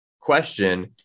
question